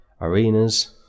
arenas